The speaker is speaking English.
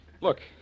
Look